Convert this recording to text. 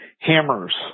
hammers